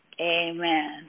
Amen